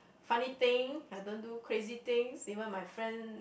funny thing I don't do crazy things even my friend